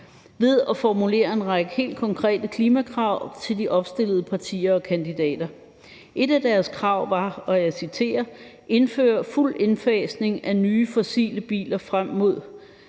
ved at formulere en række helt konkrete klimakrav til de opstillede partier og kandidater. Et af deres krav var – og jeg citerer: »... indfør fuld udfasning af nye fossile biler frem mod